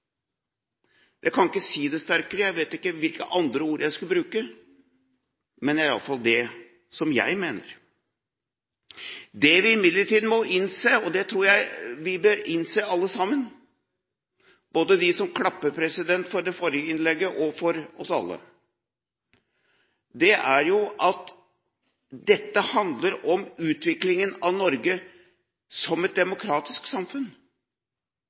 kan ikke si det sterkere, jeg vet ikke hvilke andre ord jeg skulle bruke, men det er i alle fall det jeg mener. Det vi imidlertid må innse, og det tror jeg vi bør innse alle sammen – både de som klapper for det forrige innlegget, og for oss alle – er at dette handler om utviklingen av Norge som et demokratisk samfunn.